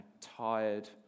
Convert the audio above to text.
tired